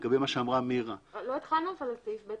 לגבי מה שאמרה מירה --- אבל לא התחלנו את הדיון על סעיף (ב),